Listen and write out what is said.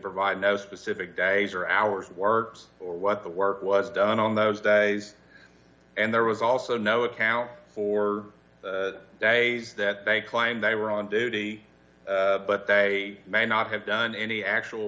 provide no specific days or hours works or what the work was done on those days and there was also no account for that they claim they were on duty but they may not have done any actual